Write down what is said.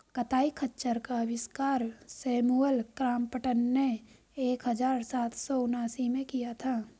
कताई खच्चर का आविष्कार सैमुअल क्रॉम्पटन ने एक हज़ार सात सौ उनासी में किया था